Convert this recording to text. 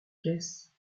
caisse